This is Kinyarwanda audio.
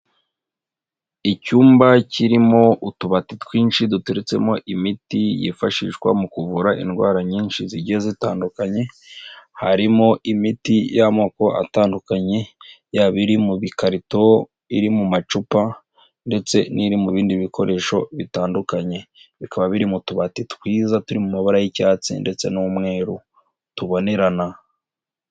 Icyumba kirimo utubati twinshi duturutsemo imiti yifashishwa mu kuvura indwara nyinshi zigiye zitandukanye, harimo imiti y'amoko atandukanye, yaba iri mu makarito, iri mu macupa ndetse n'iri mu bindi bikoresho bitandukanye, bikaba biri mu tubati twiza turi mu mabara y'icyatsi ndetse n'umweru tubonerana.